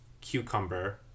cucumber